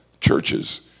churches